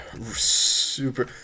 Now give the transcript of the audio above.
super